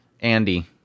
Andy